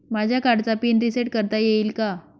माझ्या कार्डचा pin reset करता येईल का?